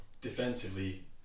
Defensively